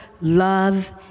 love